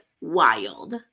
wild